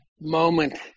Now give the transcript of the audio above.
moment